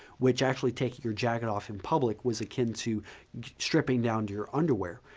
which actually taking your jacket off in public was akin to stripping down to your underwear,